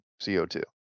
CO2